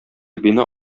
бина